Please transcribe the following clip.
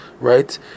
Right